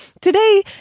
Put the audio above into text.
Today